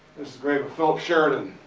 is grave of philip sheridan.